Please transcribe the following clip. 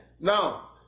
now